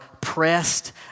pressed